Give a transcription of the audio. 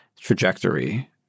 trajectory